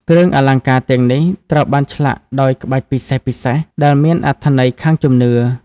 គ្រឿងអលង្ការទាំងនេះ ត្រូវបានឆ្លាក់ដោយក្បាច់ពិសេសៗដែលមានអត្ថន័យខាងជំនឿ។